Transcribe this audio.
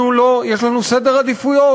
אנחנו לא, יש לנו סדר עדיפויות.